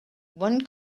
one